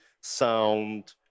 sound